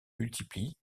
multiplie